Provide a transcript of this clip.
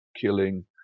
killing